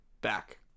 back